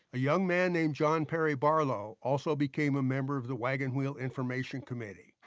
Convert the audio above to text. a young man named john perry barlow also became a member of the wagon wheel information committee.